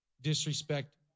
disrespect